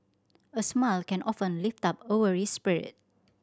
a smile can often lift up a weary spirit